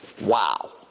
Wow